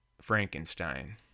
Frankenstein